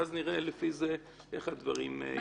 ואז נראה לפי זה איך הדברים יתקדמו.